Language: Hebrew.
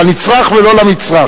לנצרך ולא למצרך?